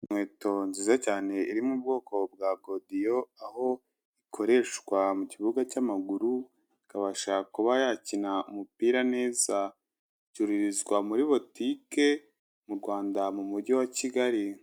Inkweto nziza cyane iri mu bwoko bwa godiyo, aho ikoreshwa mu kibuga cy'amaguru, ikabasha kuba yakina umupira neza, icururizwa muri botike mu Rwanda mu mujyi wa Kigali.